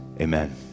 Amen